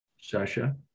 Sasha